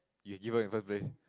you will give up in first place